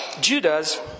Judas